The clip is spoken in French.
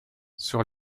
sur